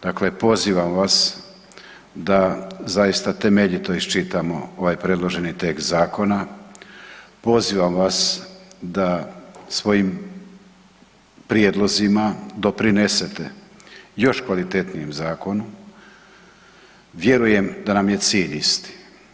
Dakle, pozivam vas da zaista temeljito iščitamo ovaj predloženi tekst zakona, pozivam vas da svojim prijedlozima doprinesete još kvalitetnijem zakonu, vjerujem da nam cilj isti.